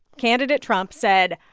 candidate trump said,